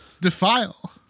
defile